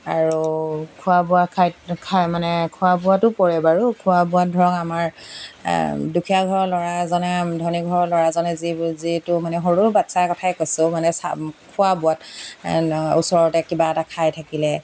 আৰু খোৱা বোৱা খাই খাই মানে খোৱা বোৱাতো পৰে বাৰু খোৱা বোৱাত ধৰক আমাৰ দুখীয়া ঘৰৰ ল'ৰা এজনে ধনী ঘৰৰ ল'ৰা এজনে যি যিটো মানে সৰু বাচ্ছাৰ কথাই কৈছোঁ মানে খোৱা বোৱাত ওচৰতে কিবা এটা খাই থাকিলে